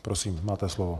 Prosím, máte slovo.